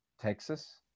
Texas